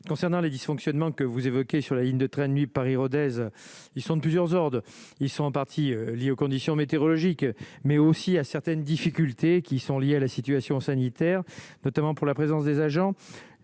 concernant les dysfonctionnements que vous évoquez, sur la ligne de train de nuit Paris-Rodez, ils sont de plusieurs ordres : ils sont en partie liées aux conditions météorologiques, mais aussi à certaines difficultés qui sont liées à la situation sanitaire, notamment pour la présence des agents